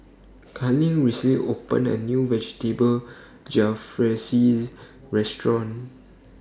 Carlene recently opened A New Vegetable Jalfrezi Restaurant